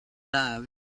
loved